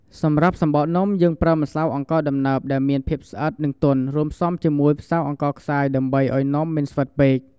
សម្រាប់ សំបកនំ យើងប្រើម្សៅអង្ករដំណើប ដែលមានភាពស្វិត និងទន់ រួមផ្សំជាមួយ ម្សៅអង្ករខ្សាយ ដើម្បីឲ្យនំមិនស្វិតពេក។